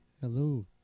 hello